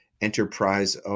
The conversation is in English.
enterprise